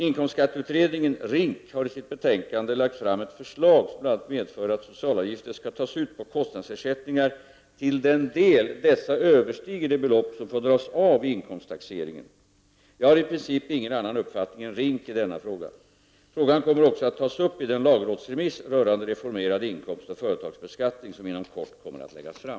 Inkomstskatteutredningen, RINK, har i sitt betänkande lagt fram ett förslag som bl.a. medför att socialavgifter skall tas ut på kostnadsersättningar till den del dessa överstiger det belopp som får dras av vid inkomsttaxeringen. Jag har i princip ingen annan uppfattning än RINK i denna fråga. Frågan kommer också att tas upp i den lagrådsremiss rörande reformerad inkomstoch företagsbeskattning som inom kort kommer att läggas fram.